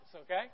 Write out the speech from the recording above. okay